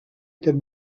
aquest